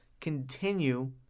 continue